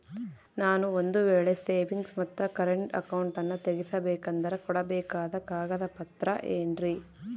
ನಾನು ಒಂದು ವೇಳೆ ಸೇವಿಂಗ್ಸ್ ಮತ್ತ ಕರೆಂಟ್ ಅಕೌಂಟನ್ನ ತೆಗಿಸಬೇಕಂದರ ಕೊಡಬೇಕಾದ ಕಾಗದ ಪತ್ರ ಏನ್ರಿ?